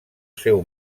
seu